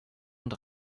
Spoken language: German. und